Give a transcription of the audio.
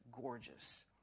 gorgeous